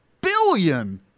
billion